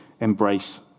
embrace